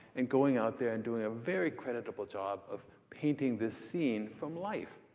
and going out there and doing a very creditable job of painting this scene from life.